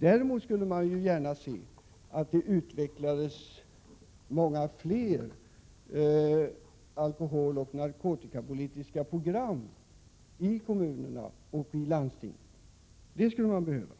Däremot skulle man gärna se att det utvecklades många fler alkoholoch narkotikapolitiska program i kommunerna och i landstingen. Det skulle man behöva.